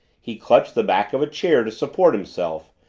he clutched the back of a chair to support himself,